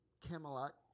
Camelot